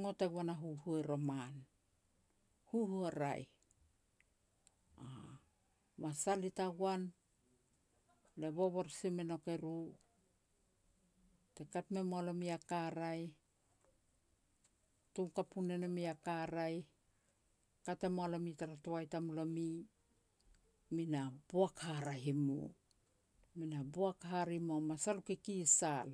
ngot e goan a huhua roman, huhua raeh. Masal i tagoan, le bobor si me nouk eru, te kat me mua lomi a ka raeh, tom kapu ne no mi a ka raeh, kat e mua lomi tara toai tamlomi, mi na boak haraeh i mu, mi na boak hare mua u masal u kikisal